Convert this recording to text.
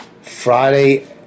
Friday